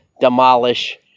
demolish